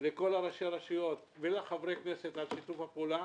מודה לכל ראשי הרשויות ולחברי הכנסת על שיתוף הפעולה.